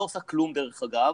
לא עושה כלום דרך אגב,